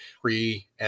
pre